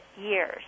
years